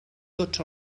tots